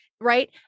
Right